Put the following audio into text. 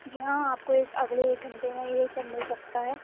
جی ہاں آپ کو ایک اگلے ایک گھنٹے میں یہ سب مل سکتا ہے